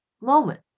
moment